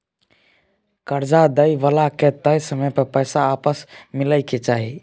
कर्जा दइ बला के तय समय पर पैसा आपस मिलइ के चाही